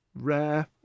rare